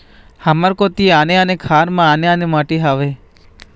हमर कोती आने आने खार म आने आने माटी हावे?